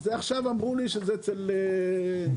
עכשיו אמרו לי שזה אצל גידי,